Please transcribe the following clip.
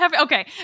Okay